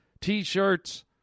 T-shirts